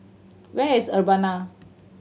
where is Urbana